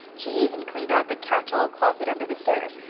she even cleaned out the catch-all closet under the stairs,